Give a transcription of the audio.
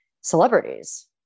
celebrities